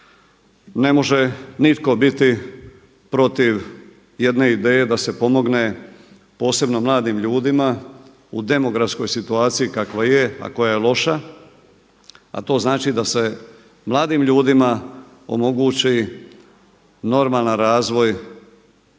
Ne može niti biti protiv jedne ideje da se pomogne posebno mladim ljudima u demografskoj situaciji kakva je, a koja je loša, a to znači da se mladim ljudima omogući normalan razvoj